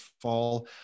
fall